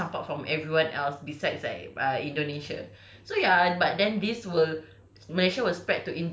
and we're like somehow tercampak from everyone else besides like err indonesia so ya but then this will